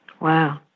Wow